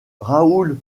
raoul